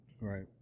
Right